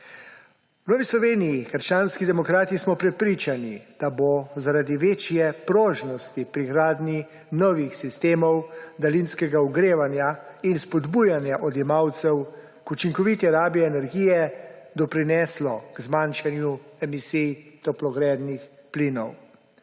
V Novi Sloveniji – krščanski demokrati smo prepričani, da bosta večja prožnosti pri gradnji novih sistemov daljinskega ogrevanja in spodbujanje odjemalcev k učinkoviti rabi energije doprinesla k zmanjšanju emisij toplogrednih plinov.